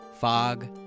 Fog